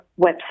website